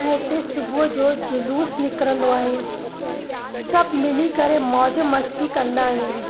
ऐं हिते सुबुह जो जुलुस निकिरंदो आहे सभु मिली करे मौजु मस्ती कंदा आहियूं